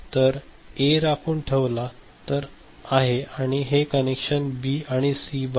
तर ए राखून ठेवला आहे आणि हे कनेक्शन बी आणि सी बार